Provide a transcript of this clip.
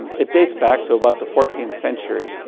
it dates back to about the fourteenth century.